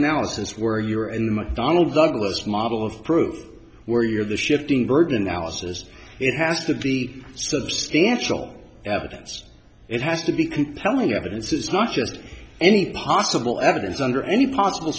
analysis where you are in mcdonnell douglas model of proof where you're the shifting burden analysis it has to be substantial evidence it has to be compelling evidence it's not just any possible evidence under any possible